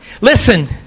listen